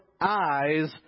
eyes